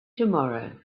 tomorrow